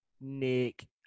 Nick